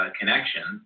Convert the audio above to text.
connection